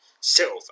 Silver